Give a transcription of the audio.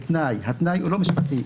בתנאי התנאי הוא לא משפטי,